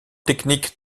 techniques